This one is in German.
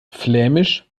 flämisch